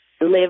live